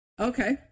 Okay